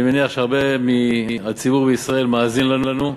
אני מניח שהרבה מהציבור בישראל מאזין לנו.